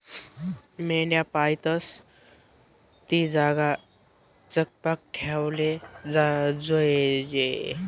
मेंढ्या पायतस ती जागा चकपाक ठेवाले जोयजे